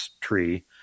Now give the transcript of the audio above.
tree